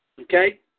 Okay